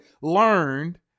learned